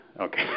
Okay